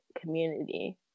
community